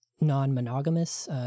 non-monogamous